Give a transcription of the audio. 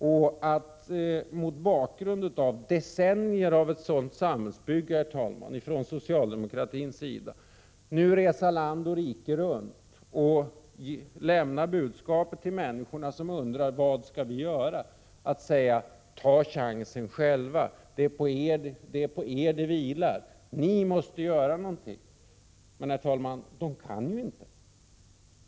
Det går inte att mot bakgrund av decennier av ett sådant socialdemokratiskt samhällsbygge nu resa land och rike runt och till de människor som undrar vad de skall göra lämna budskapet: Ta chansen själva! Det är på er det vilar. Ni måste göra någonting. Men, herr talman, de kan ju inte.